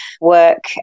work